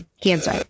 cancer